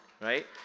right